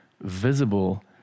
visible